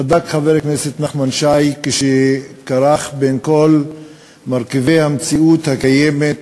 צדק חבר הכנסת נחמן שי כשכרך את כל מרכיבי המציאות הקיימת,